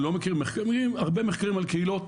אני לא מכיר הרבה מחקרים על קהילות,